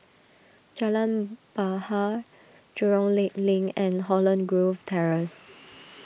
Jalan Bahar Jurong Lake Link and Holland Grove Terrace